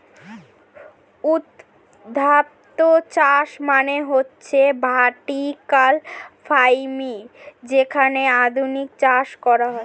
ঊর্ধ্বাধ চাষ মানে হচ্ছে ভার্টিকাল ফার্মিং যেখানে আধুনিক চাষ করা হয়